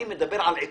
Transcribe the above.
אני מדבר על עקרונות.